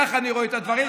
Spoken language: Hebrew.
ככה אני רואה את הדברים.